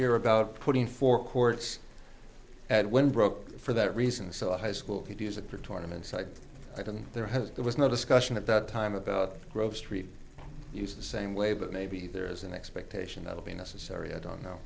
year about putting four courts when broke for that reason so high school could use it for tournament so i don't there has there was no discussion at that time about grove street use the same way but maybe there is an expectation that would be necessary i don't know